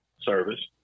Service